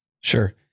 Sure